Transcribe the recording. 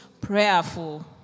prayerful